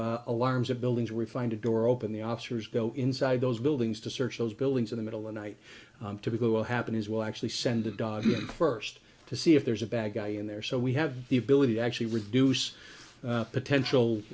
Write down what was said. have alarms of buildings we find a door open the officers go inside those buildings to search those buildings in the middle of night to people will happen is we'll actually send a dog first to see if there's a bad guy in there so we have the ability to actually reduce potential